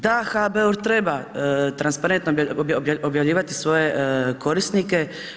Da, HBOR treba transparentno objavljivati svoje korisnike.